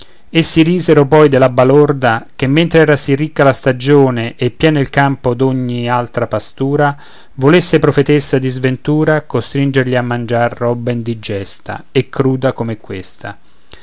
fischiate essi risero poi della balorda che mentre era sì ricca la stagione e pieno il campo d'ogni altra pastura volesse profetessa di sventura costringerli a mangiar roba indigesta e cruda come questa